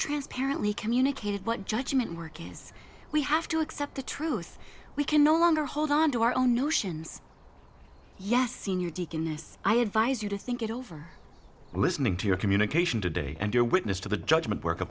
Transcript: transparently communicated what judgment work is we have to accept the truth we can no longer hold onto our own notions yes senior deaconess i advise you to think it over listening to your communication today and your witness to the judgment work